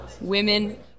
women